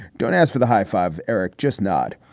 don't ask for the high five. eric, just nod.